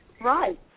Right